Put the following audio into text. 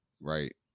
right